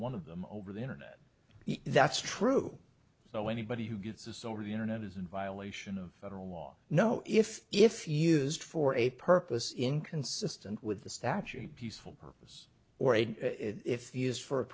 one of them over the internet that's true so anybody who gets this over the internet is in violation of federal law no if if used for a purpose inconsistent with the statute peaceful purpose or if he is for